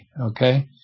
okay